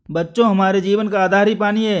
बच्चों हमारे जीवन का आधार ही पानी हैं